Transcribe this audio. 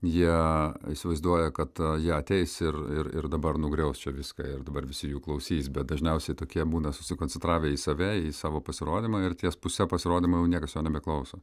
jie įsivaizduoja kad jie ateis ir ir ir dabar nugriaus čia viską ir dabar visi jų klausys bet dažniausiai tokie būna susikoncentravę į save į savo pasirodymą ir ties puse pasirodymo jau niekas jo nebeklauso